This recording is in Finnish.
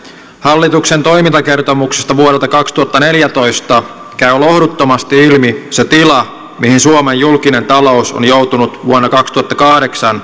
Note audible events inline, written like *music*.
hallituksen toimintakertomuksesta vuodelta kaksituhattaneljätoista käy lohduttomasti ilmi se tila mihin suomen julkinen talous on joutunut vuonna kaksituhattakahdeksan *unintelligible*